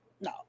No